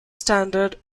standard